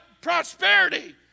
prosperity